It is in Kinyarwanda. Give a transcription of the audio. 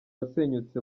wasenyutse